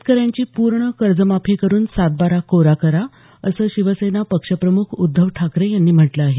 शेतकऱ्यांची पूर्ण कर्जमाफी करून सातबारा कोरा करा असं शिवसेना पक्षप्रमुख उद्धव ठाकरे यांनी म्हटलं आहे